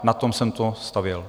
Na tom jsem to stavěl.